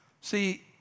See